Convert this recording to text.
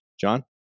John